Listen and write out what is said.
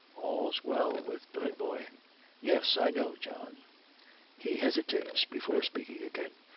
all's well with billy boy yes, i know, john he hesitates before speaking again.